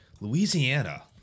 Louisiana